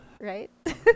Right